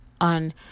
on